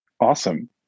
Awesome